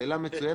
שאלה מצוינת,